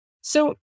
So-